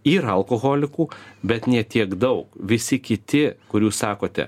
yra alkoholikų bet ne tiek daug visi kiti kurių sakote